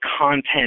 content